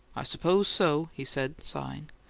i suppose so, he said, sighing.